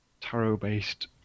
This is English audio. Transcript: tarot-based